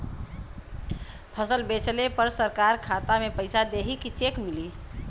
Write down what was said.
फसल बेंचले पर सरकार खाता में पैसा देही की चेक मिली?